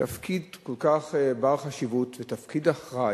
תפקיד כל כך בעל חשיבות, ותפקיד אחראי,